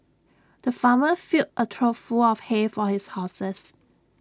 the farmer filled A trough full of hay for his horses